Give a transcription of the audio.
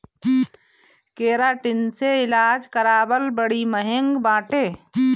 keratin से इलाज करावल बड़ी महँग बाटे